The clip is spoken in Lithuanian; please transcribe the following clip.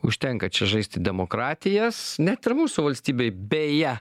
užtenka čia žaisti demokratijas net ir mūsų valstybėj beje